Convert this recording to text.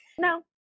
no